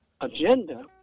agenda